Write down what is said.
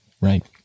right